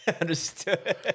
understood